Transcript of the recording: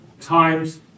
times